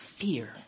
fear